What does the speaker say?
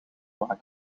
maken